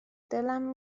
دلم